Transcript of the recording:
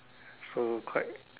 so quite